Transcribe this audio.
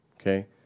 Okay